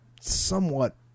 somewhat